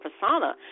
persona